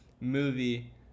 movie